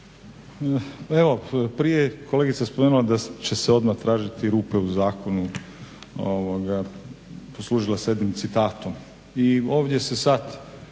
evo prije je kolegica spomenula da će se odmah tražiti rupe u zakonu, poslužila se jednim citatom. I ovdje se sad